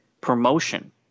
promotion